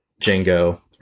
Django